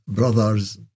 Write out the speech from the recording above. Brothers